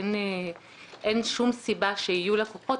אין שום סיבה שיהיו לקוחות,